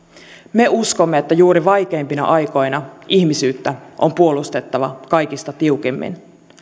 me uskomme että juuri vaikeimpina aikoina ihmisyyttä on puolustettava kaikista tiukimmin